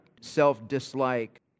self-dislike